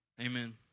Amen